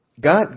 God